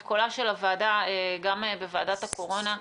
את קולה של הוועדה גם בוועדת הקורונה,